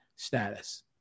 status